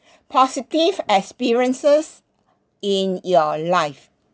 positive experiences in your life